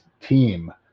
team